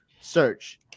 search